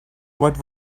what